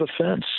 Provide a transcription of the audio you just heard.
offense